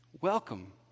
Welcome